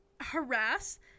harass